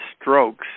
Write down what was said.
strokes